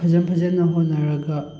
ꯐꯖ ꯐꯖꯅ ꯍꯣꯠꯅꯔꯒ